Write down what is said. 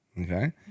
Okay